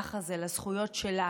מהמהלך הזה לזכויות שלנו,